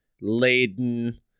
laden